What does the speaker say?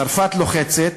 צרפת לוחצת.